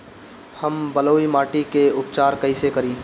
हम बलुइ माटी के उपचार कईसे करि?